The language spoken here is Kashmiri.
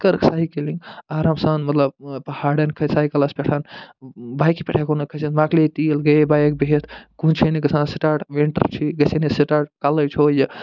کٔرٕکھ سایکِلنٛگ آرام سان مطلب پہاڑن کھٔتۍ سایکلس پٮ۪ٹھ بایکہِ پٮ۪ٹھ ہٮ۪کو نہٕ کھٔسِتھ مکلے تیٖل گٔیے بایِک بِہتھ کُنٛز چھے نہٕ گَژھان سِٹاٹ وِنٹر چھُے یہِ گَژھی نہٕ سِٹاٹ کلٕچ ہُہ یہِ